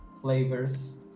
flavors